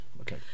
okay